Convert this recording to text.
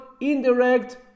indirect